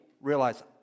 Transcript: realize